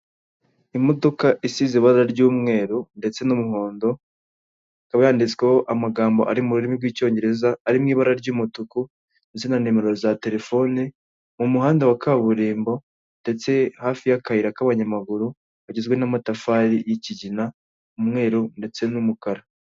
Imodoka isize ibara ry'umweru ndetse n'umuhondo, ikaba yanditsweho amagambo ari mu rurimi rw'icyongereza ari mu ibara ry'umutuku ndetse na nimero za telefone, mu muhanda wa kaburimbo ndetse hafi y'akayira k'abanyamaguru kagizwe n'amatafari y'ikigina, umweru ndetse n'umukara.